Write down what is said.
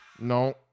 No